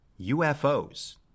UFOs